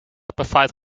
provide